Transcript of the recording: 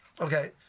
okay